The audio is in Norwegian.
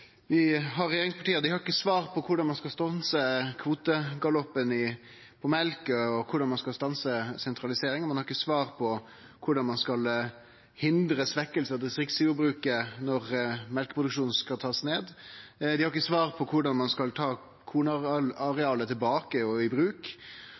med at regjeringspartia ikkje har svar på korleis dei skal stanse kvotegaloppen på mjølk, og korleis ein skal stanse sentraliseringa. Ein har ikkje svar på korleis ein skal hindre svekking av distriktsjordbruket når mjølkeproduksjonen skal ned. Dei har ikkje svar på korleis ein skal ta kornarealet tilbake og i bruk. I det heile har dei ikkje svar på korleis regjeringa skal